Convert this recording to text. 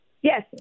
yes